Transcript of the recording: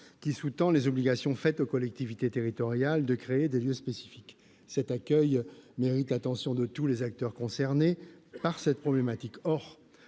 qui sous-tendent les obligations faites aux collectivités territoriales de créer des lieux spécifiques. Cet accueil mérite l'attention de tous les acteurs concernés par cette problématique.